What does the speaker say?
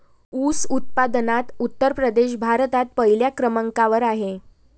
ऊस उत्पादनात उत्तर प्रदेश भारतात पहिल्या क्रमांकावर आहे